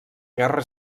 guerra